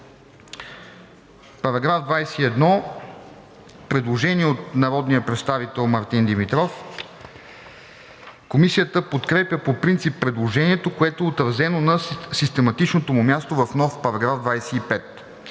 По § 21 има предложение от народния представител Мартин Димитров. Комисията подкрепя по принцип предложението, което е отразено на систематичното му място в нов § 25.